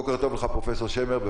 פרופסור שמר, בוקר טוב.